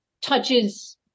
touches